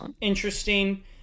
interesting